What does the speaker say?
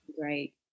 Great